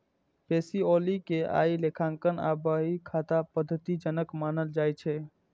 Pacioli कें आइ लेखांकन आ बही खाता पद्धतिक जनक मानल जाइ छै